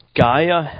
Gaia